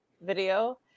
video